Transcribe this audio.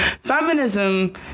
feminism